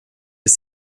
les